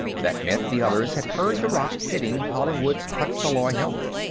that meant the others had heard the rock hitting hollingwood's plexalloy helmet.